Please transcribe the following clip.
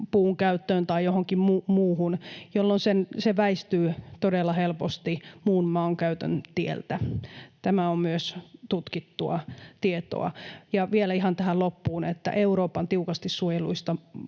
puunkäytössä tai jossakin muussa, jolloin se väistyy todella helposti muun maankäytön tieltä. Tämä on myös tutkittua tietoa. Vielä ihan tähän loppuun, että Euroopan tiukasti suojelluista